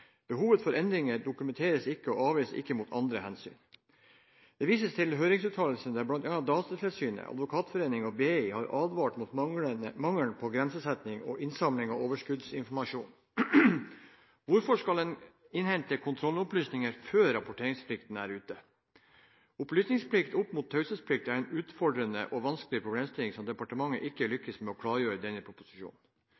Behovet for endringene dokumenteres ikke og avveies ikke mot andre hensyn. Det vises til høringsuttalelser der bl.a. Datatilsynet, Advokatforeningen og BI har advart mot mangel på grensesetting og innsamling av overskuddsinformasjon. Hvorfor skal en innhente kontrollopplysninger før rapporteringsfristen er ute? Opplysningsplikt opp mot taushetsplikt er en utfordrende og vanskelig problemstilling som departementet ikke